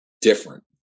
different